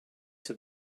said